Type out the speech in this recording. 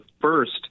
first